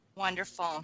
Wonderful